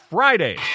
Friday